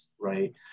right